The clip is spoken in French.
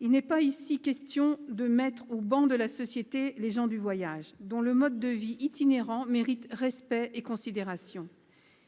Il n'est pas question ici de mettre au ban de la société les gens du voyage, ... Absolument !... dont le mode de vie itinérant mérite respect et considération.